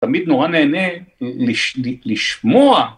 תמיד נורא נהנה לשמוע.